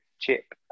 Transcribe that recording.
Chip